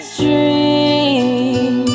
dream